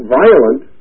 violent